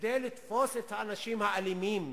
כדי לתפוס את האנשים האלימים.